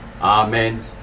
Amen